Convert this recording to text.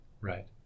right